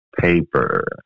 paper